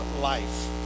life